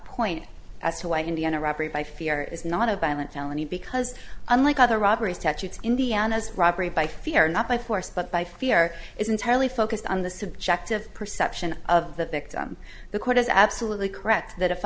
point as to why indiana robbery by fear is not a violent felony because unlike other robberies statutes indiana's robbery by fear not by force but by fear is entirely focused on the subjective perception of the victim the court is absolutely correct that if